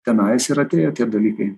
tenais ir atėjo tie dalykai